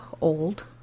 old